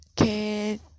okay